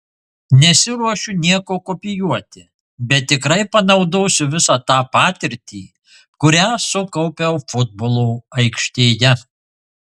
nesiruošiu nieko kopijuoti bet tikrai panaudosiu visą tą patirtį kurią sukaupiau futbolo aikštėje